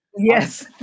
Yes